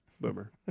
Boomer